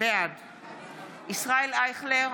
בעד ישראל אייכלר,